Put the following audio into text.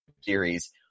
series